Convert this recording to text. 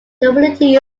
community